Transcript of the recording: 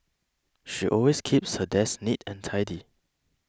she always keeps her desk neat and tidy